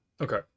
Okay